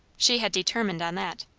she had determined on that.